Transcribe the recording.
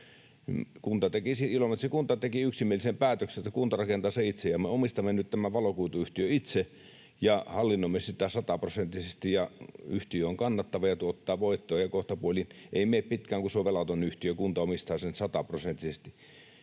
kunta teki yksimielisen päätöksen, että kunta rakentaa sen itse, ja me omistamme nyt tämän valokuituyhtiön itse ja hallinnoimme sitä sataprosenttisesti, ja yhtiö on kannattava ja tuottaa voittoa, ja kohtapuoliin, ei mene pitkään, se on velaton yhtiö ja kunta omistaa sen sataprosenttisesti.